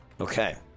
Okay